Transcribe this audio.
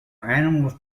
animals